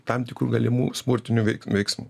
tam tikrų galimų smurtinių veiksmų